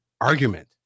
argument